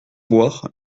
boire